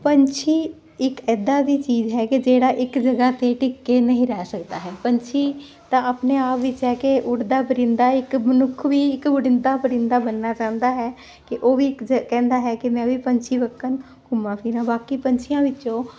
ਪੰਛੀ ਇੱਕ ਇਦਾਂ ਦੀ ਚੀਜ਼ ਹੈ ਕਿ ਜਿਹੜਾ ਇੱਕ ਜਗਹਾ ਤੇ ਟਿੱਕ ਕੇ ਨਹੀਂ ਰਹਿ ਸਕਦਾ ਹੈ ਪੰਛੀ ਤਾਂ ਆਪਣੇ ਆਪ ਵਿੱਚ ਹੈ ਕਿ ਉਡਦਾ ਪਰਿੰਦਾ ਇੱਕ ਮਨੁੱਖ ਵੀ ਇੱਕ ਉਡਿੰਤਾ ਪਰਿੰਦਾ ਬਣਨਾ ਚਾਹੁੰਦਾ ਹੈ ਕਿ ਉਹ ਵੀ ਇੱਕ ਕਹਿੰਦਾ ਹੈ ਕਿ ਮੈਂ ਵੀ ਪੰਛੀ ਵੱਕਣ ਘੁੰਮਾ ਫਿਰਾ ਬਾਕੀ ਪੰਛੀਆਂ ਵਿੱਚੋਂ